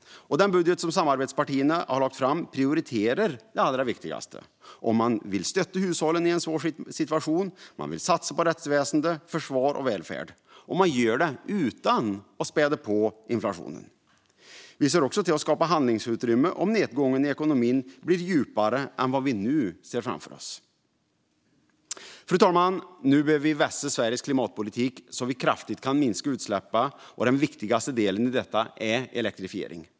Den budget som samarbetspartierna har lagt fram prioriterar det allra viktigaste. Vi vill stötta hushållen i en svår situation och satsa på rättsväsen, försvar och välfärd, och vi gör det utan att spä på inflationen. Vi ser också till att skapa handlingsutrymme om nedgången i ekonomin blir djupare än vad vi nu ser framför oss. Fru talman! Nu behöver vi vässa Sveriges klimatpolitik så att vi kan minska utsläppen kraftigt, och den viktigaste delen i detta är elektrifiering.